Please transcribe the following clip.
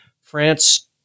France